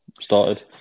started